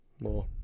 more